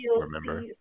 remember